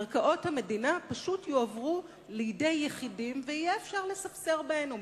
קרקעות המדינה פשוט יועברו לידי יחידים ויהיה אפשר לספסר בהן,